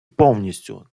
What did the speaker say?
повністю